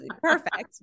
perfect